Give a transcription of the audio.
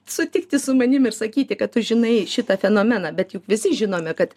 sutikti su manim ir sakyti kad tu žinai šitą fenomeną bet juk visi žinome kad